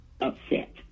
upset